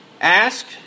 Ask